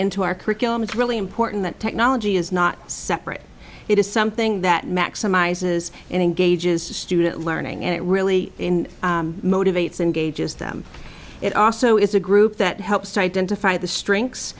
into our curriculum it's really important that technology is not separate it is something that maximizes and engages the student learning and it really motivates engages them it also is a group that helps identify the strengths